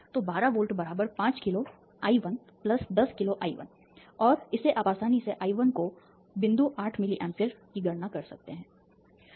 तो 12 volt s 5 kilo I 110 kilo I 1 और इससे आप आसानी से I 1 को बिंदु 8 मिलीए की गणना कर सकते हैं